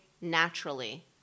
naturally